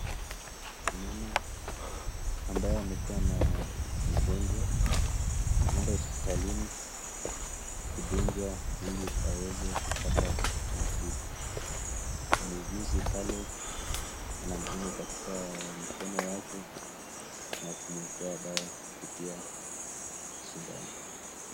Mama ambaye amekuwa na ugonjwa anaenda hospitalini kudungwa ili aweze apate nafuu. Muuguzi pale anamdunga katika mkono wake na kumwekea dawa kupitia sindano.